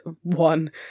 one